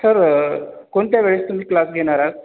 sir कोणत्या वेळेस तुम्ही क्लास घेणार आहात